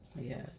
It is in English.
Yes